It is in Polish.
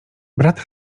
brat